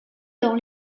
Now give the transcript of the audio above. dans